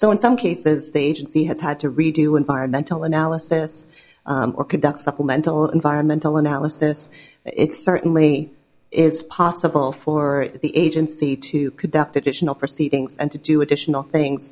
so in some cases they agency has had to redo environmental analysis or conduct supplemental environmental analysis it certainly is possible for the agency to conduct additional proceedings and to do additional things